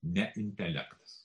ne intelektas